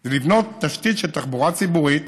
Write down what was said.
זה לבנות תשתית של תחבורה ציבורית